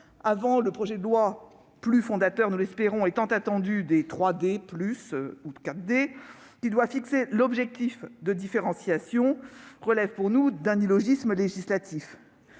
avant le projet de loi plus fondateur- du moins l'espérons-nous -et tant attendu « 3D+ » ou « 4D », qui doit fixer l'objectif de différenciation, relève, selon nous, d'un illogisme législatif.